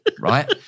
right